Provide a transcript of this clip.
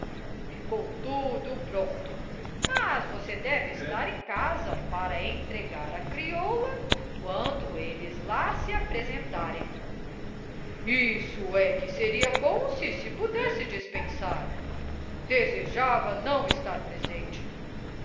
ficou tudo pronto mas você deve estar em casa para entregar a crioula quando eles lá se apresentarem isso é que seria bom se se pudesse dispensar desejava não estar presente